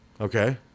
Okay